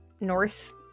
north